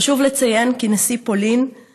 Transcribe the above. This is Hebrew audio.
חשוב לציין כי נשיא פולין,